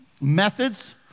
methods